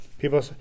People